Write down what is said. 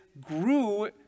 grew